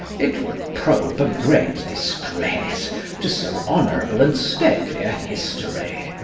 it would prove a great disgrace to so honourable and stately a history.